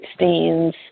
16s